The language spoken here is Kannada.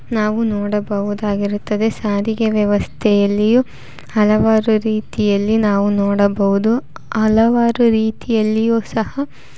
ನಾವು ನೋಡಬಹುದಾಗಿರುತ್ತದೆ ಸಾರಿಗೆ ವ್ಯವಸ್ಥೆಯಲ್ಲಿಯೂ ಹಲವಾರು ರೀತಿಯಲ್ಲಿ ನಾವು ನೋಡಬಹುದು ಹಲವಾರು ರೀತಿಯಲ್ಲಿಯೂ ಸಹ